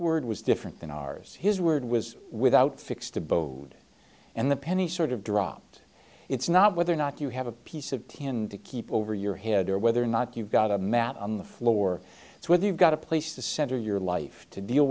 word was different than ours his word was without fixed abode and the penny sort of dropped it's not whether or not you have a piece of tin to keep over your head or whether or not you've got a mat on the floor whether you've got a place the center of your life to deal